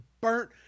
burnt